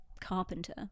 carpenter